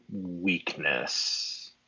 weakness